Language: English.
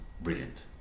brilliant